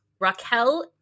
Raquel